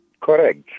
Correct